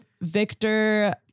Victor